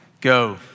Go